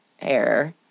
air